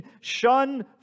Shun